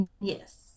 Yes